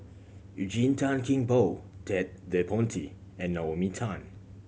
Eugene Tan Kheng Boon Ted De Ponti and Naomi Tan